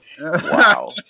wow